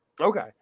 Okay